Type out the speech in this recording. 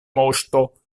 moŝto